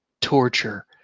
torture